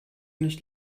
nicht